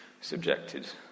subjected